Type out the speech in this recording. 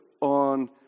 on